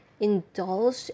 indulge